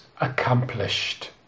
accomplished